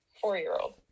four-year-old